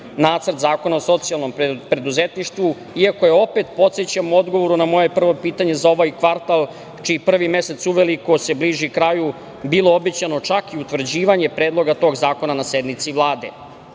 nacrt zakona o socijalnom preduzetništvu, iako je, opet podsećam, u odgovoru na moje prvo pitanje za ovaj kvartal, čiji prvi mesec uveliko se bliži kraju, bilo obećano čak utvrđivanje predloga tog zakona na sednici Vlade. Zbog